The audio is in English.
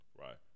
Right